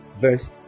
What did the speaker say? verse